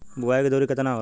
बुआई के दुरी केतना होला?